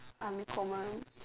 uncommon